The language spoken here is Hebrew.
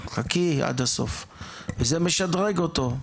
זה משדרג אותו,